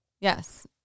yes